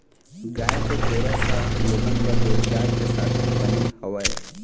गाय के गोरस ह लोगन बर रोजगार के साधन बने हवय